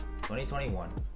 2021